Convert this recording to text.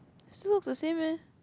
still the looks the same leh